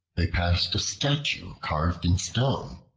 they passed a statue carved in stone,